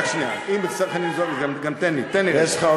רק שנייה, אם נצטרך אני, גם תן לי, תן לי רגע.